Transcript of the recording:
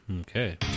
Okay